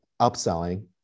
upselling